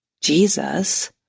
Jesus